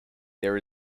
there